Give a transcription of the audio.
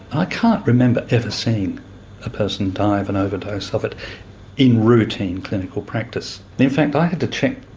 i can't remember ever seeing a person die of an overdose of it in routine clinical practice. in fact, i had to check